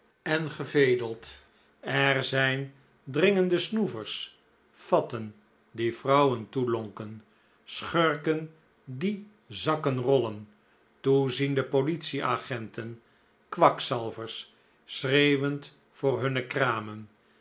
en gevedeld er zijn dringende snoevers fatten die vrouwen toelonken schurken die zakkenrollen toeziende politieagenten kwakzalvers schreeuwend voor hun kramen